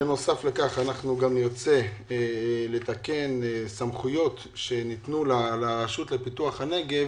בנוסף לכך גם נרצה לתקן סמכויות שניתנו לרשות לפיתוח הנגב